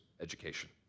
education